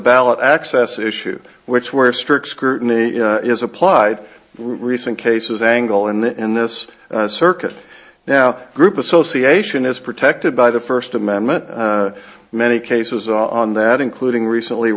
ballot access issue which where strict scrutiny is applied recent cases angle and in this circuit now group association is protected by the first amendment many cases on that including recently